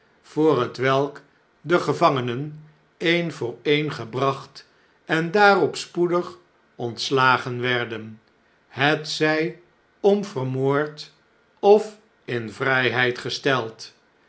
voor hetwelk de gevangenen een voor e'en gebracht en daarop sjjoedig ontslagen werden hetzjj om vermoord of in vrgheid gesteld